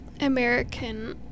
American